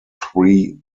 three